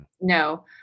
no